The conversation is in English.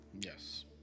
Yes